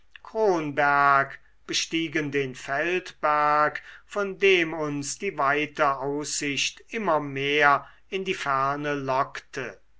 kronberg bestiegen den feldberg von dem uns die weite aussicht immer mehr in die ferne lockte